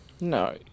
no